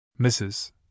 Mrs